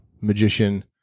magician